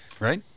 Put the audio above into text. right